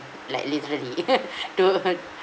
like literally don't